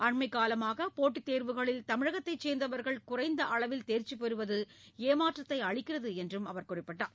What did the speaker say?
அண்மைக்காலமாக போட்டித் தேர்வுகளில் தமிழகத்தைச் சேர்ந்தவர்கள் குறைந்த அளவில் தேர்ச்சி பெறுவது ஏமாற்றத்தை அளிக்கிறது என்று அவர் குறிப்பிட்டார்